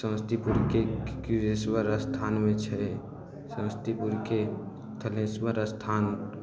समस्तीपुर के किरेश्वर स्थानमे छै समस्तीपुरके थानेश्वर स्थान